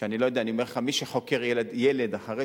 אני אומר לך, מי שחוקר ילד אחרי,